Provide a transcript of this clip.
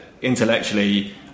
intellectually